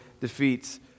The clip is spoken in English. defeats